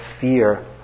fear